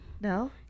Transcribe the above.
no